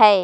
है?